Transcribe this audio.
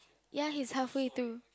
ya he's halfway through